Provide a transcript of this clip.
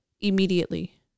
immediately